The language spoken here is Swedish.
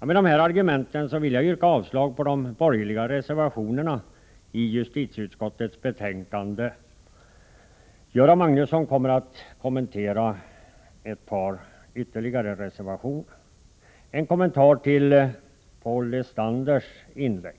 Med dessa argument vill jag yrka avslag på de borgerliga reservationerna i justitieutskottets betänkande. Göran Magnusson kommer att kommentera ett par ytterligare reservationer. Jag har en kommentar till Paul Lestanders inlägg.